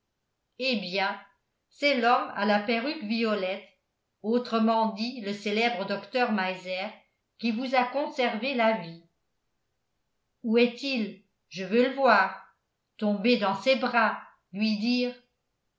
eh bien c'est l'homme à la perruque violette autrement dit le célèbre docteur meiser qui vous a conservé la vie où est-il je veux le voir tomber dans ses bras lui dire